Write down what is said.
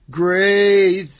great